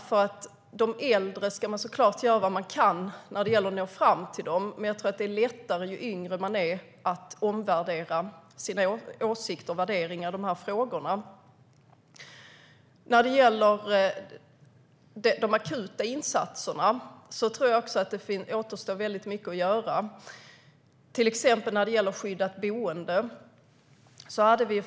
Man ska såklart göra vad man kan för att nå fram också till dem som är äldre, men jag tror att det är lättare för dem som är yngre att ompröva sina åsikter och värderingar i de här frågorna. När det gäller de akuta insatserna återstår mycket att göra. Det gäller till exempel skyddat boende.